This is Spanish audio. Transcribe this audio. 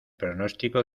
pronóstico